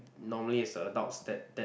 normally is the adults that that